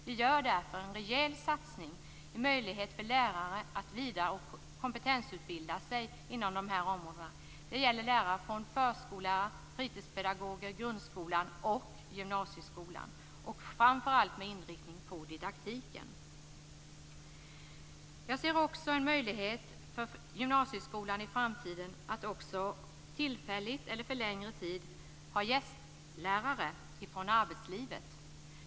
Vi gör därför en rejäl satsning med möjlighet för lärare att vidare och kompetensutbilda sig inom de här områdena. Det gäller förskollärare, fritidspedagoger, grundskolelärare och gymnasielärare. Inriktningen kommer framför allt att vara didaktiken. Jag ser också en möjlighet för gymnasieskolan i framtiden att, tillfälligt eller för längre tid, ha gästlärare från arbetslivet.